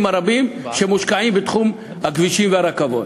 הרבים שמושקעים בתחום הכבישים והרכבות.